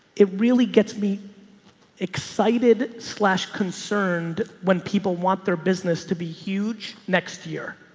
it really gets me excited slash concerned when people want their business to be huge next year.